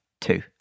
two